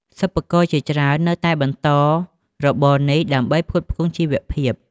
សិប្បករជាច្រើននៅតែបន្តរបរនេះដើម្បីផ្គត់ផ្គង់ជីវភាព។